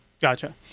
Gotcha